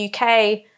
UK